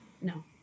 No